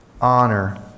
honor